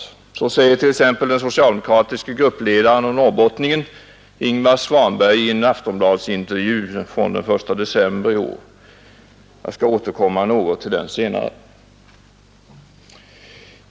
Så säger t.ex. den socialdemokratiske gruppledaren och norrbottningen Ingvar Svanberg i en Aftonbladsintervju den 1 december i år. Jag skall återkomma något till den senare.